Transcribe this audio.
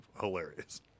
hilarious